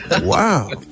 Wow